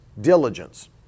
diligence